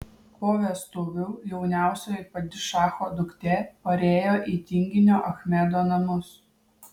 po vestuvių jauniausioji padišacho duktė parėjo į tinginio achmedo namus